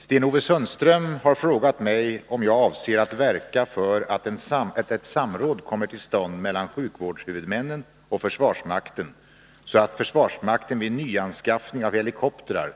Herr talman! Sten-Ove Sundström har frågat mig om jag avser att verka för att ett samråd kommer till stånd mellan sjukvårdshuvudmännen och försvarsmakten, så att försvarsmakten vid nyanskaffning av helikoptrar